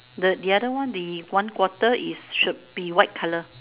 the the other one the one quarter is should be white color